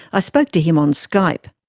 i spoke to him on skype.